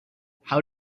how